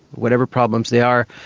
whatever problems they are,